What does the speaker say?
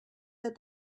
that